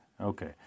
okay